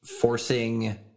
forcing